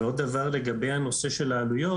עוד דבר לגבי הנושא של העלויות,